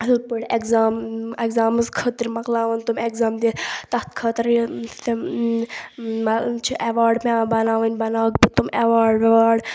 اَصٕل پٲٹھۍ اٮ۪کزام اٮ۪کزامَس خٲطرٕ مَکلاوَن تِم اٮ۪کزام دِتھ تَتھ خٲطرٕ یہِ تِم چھِ اٮ۪واڈ پٮ۪وان بَناوٕنۍ بَناوَکھ دِتُم اٮ۪واڈ وٮ۪واڈ